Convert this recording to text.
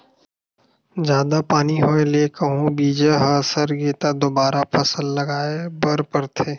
जादा पानी होए ले कहूं बीजा ह सरगे त दोबारा फसल लगाए बर परथे